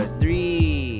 three